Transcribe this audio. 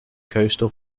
coastal